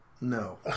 no